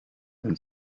than